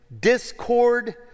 Discord